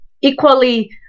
equally